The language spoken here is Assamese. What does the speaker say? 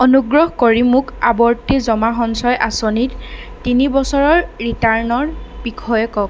অনুগ্ৰহ কৰি মোক আৱৰ্তী জমা সঞ্চয় আঁচনিৰ তিনি বছৰৰ ৰিটাৰ্ণৰ বিষয়ে কওক